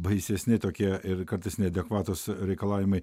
baisesni tokie ir kartais neadekvatūs reikalavimai